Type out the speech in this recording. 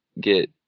get